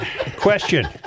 question